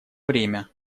время